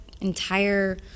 entire